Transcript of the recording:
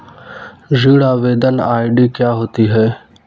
ऋण आवेदन आई.डी क्या होती है?